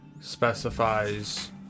specifies